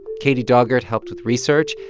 katie daugaard helped with research,